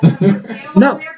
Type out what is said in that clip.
No